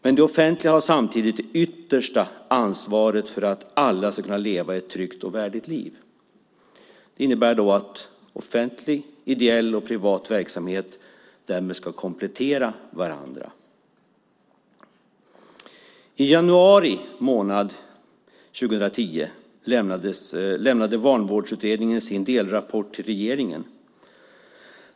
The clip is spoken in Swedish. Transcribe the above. Men det offentliga har samtidigt det yttersta ansvaret för att alla ska kunna leva ett tryggt och värdigt liv. Det innebär att offentlig, ideell och privat verksamhet ska komplettera varandra. I januari 2010 lämnade Vanvårdsutredningen sin delrapport till regeringen.